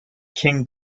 king